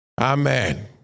Amen